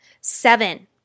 Seven